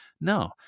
No